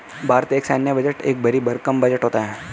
भारत का सैन्य बजट एक भरी भरकम बजट होता है